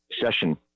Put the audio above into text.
session